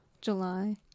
july